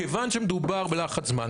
כיוון שמדובר בלחץ זמן,